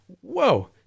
Whoa